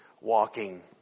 walking